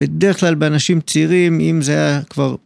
בדרך כלל באנשים צעירים, אם זה היה כבר...